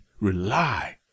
rely